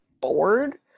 bored